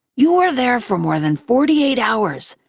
you were there for more than forty-eight hours,